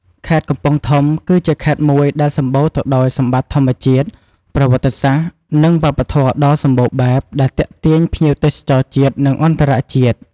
ខេត្តកំពង់ធំ គឺជាខេត្តមួយដែលសម្បូរទៅដោយសម្បត្តិធម្មជាតិ ប្រវត្តិសាស្ត្រ និងវប្បធម៌ដ៏សម្បូរបែប ដែលទាក់ទាញភ្ញៀវទេសចរជាតិ និងអន្តរជាតិ។